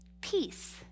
peace